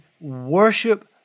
worship